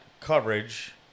coverage